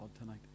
tonight